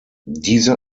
diese